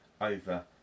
over